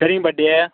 சரிங்கள் பாட்டி